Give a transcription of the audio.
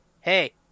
hey